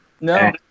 No